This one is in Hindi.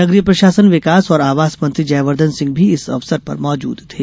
नगरीय प्रशासन विकास और आवास मंत्री जयवर्द्वन सिंह भी इस अवसर पर मौजुद थे